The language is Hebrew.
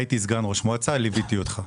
אז הייתי סגן ראש מועצה וליוויתי אותך.